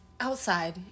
Outside